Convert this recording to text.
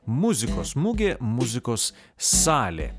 muzikos mugė muzikos salė